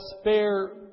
spare